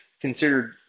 considered